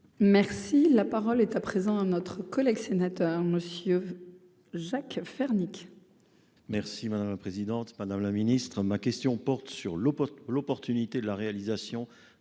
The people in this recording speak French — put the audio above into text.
Merci, la parole est à présent à notre collègue sénateur, monsieur Jacques Fernique.